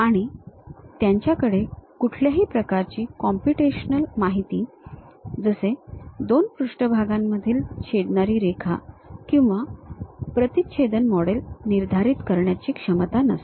आणि त्यांच्याकडे कुठल्याही प्रकारची कॉम्पुटेशनल माहिती जसे दोन पृष्ठभागांमधील छेदणारीरेखा किंवा प्रतिच्छेदन मॉडेल निर्धारित करण्याची क्षमता नसते